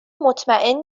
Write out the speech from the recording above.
مطمئن